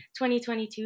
2022